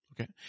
Okay